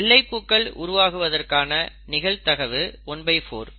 வெள்ளைப்பூக்கள் உருவாகுவதற்கான நிகழ்தகவு 14